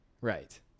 Right